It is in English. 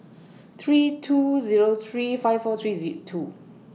three two Zero three five four three Z two